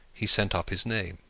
he sent up his name.